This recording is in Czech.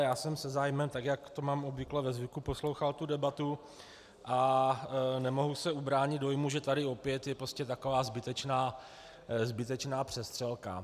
Já jsem se zájmem, tak jak to mám obvykle ve zvyku, poslouchal debatu a nemohu se ubránit dojmu, že tady opět je taková zbytečná přestřelka.